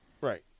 Right